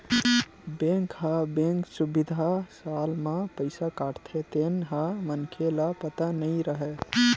bank ह bank सुबिधा म साल म पईसा काटथे तेन ह मनखे ल पता नई रहय